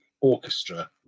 Orchestra